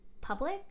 public